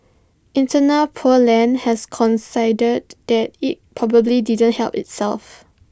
eternal pure land has that IT probably didn't help itself